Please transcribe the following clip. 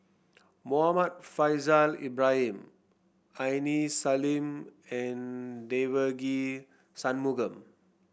Muhammad Faishal Ibrahim Aini Salim and Devagi Sanmugam